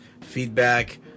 feedback